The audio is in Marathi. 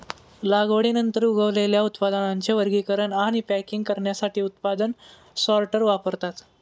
लागवडीनंतर उगवलेल्या उत्पादनांचे वर्गीकरण आणि पॅकिंग करण्यासाठी उत्पादन सॉर्टर वापरतात